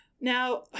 Now